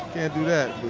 do that.